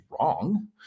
wrong